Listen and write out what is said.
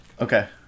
Okay